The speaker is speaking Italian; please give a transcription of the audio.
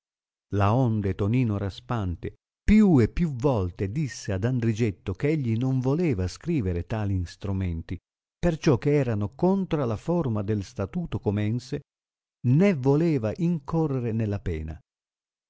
pecunia laonde tonisto raspante più e più volte disse ad andrigetto eh egli non voleva scrivere tali instromenti perciò che erano contra la forma del statuto comense né voleva incorrere nella pena